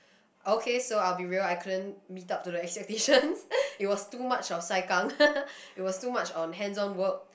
okay so I will be real I couldn't meet up to the expectations it was too much of saikang it was too much on hands on work